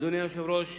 אדוני היושב-ראש,